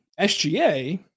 SGA